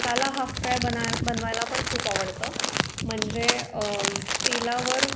मसाला half fry बना बनवायला पण खूप आवडतं म्हणजे तेलावर